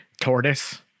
tortoise